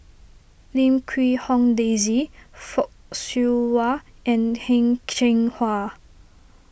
Lim Quee Hong Daisy Fock Siew Wah and Heng Cheng Hwa